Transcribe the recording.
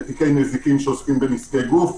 לתיקי נזיקין שעוסקים בנזקי גוף,